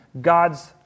God's